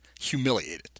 humiliated